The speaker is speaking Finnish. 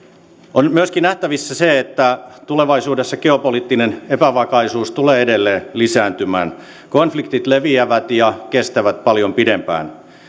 on myöskin nähtävissä se että tulevaisuudessa geopoliittinen epävakaus tulee edelleen lisääntymään konfliktit leviävät ja kestävät paljon pidempään